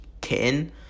kitten